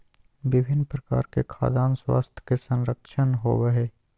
विभिन्न प्रकार के खाद्यान स्वास्थ्य के संरक्षण होबय हइ